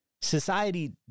Society